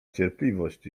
cierpliwość